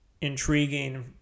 intriguing